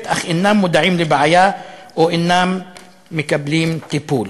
אך אינם מודעים לבעיה או אינם מקבלים טיפול.